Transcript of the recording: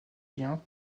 liens